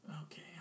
okay